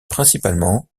principalement